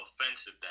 offensive